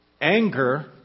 Anger